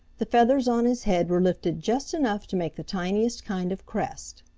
the feathers on his head were lifted just enough to make the tiniest kind of crest.